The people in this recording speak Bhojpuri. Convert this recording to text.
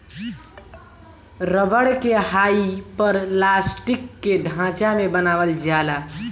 रबर के हाइपरलास्टिक के ढांचा में बनावल जाला